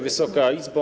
Wysoka Izbo!